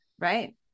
Right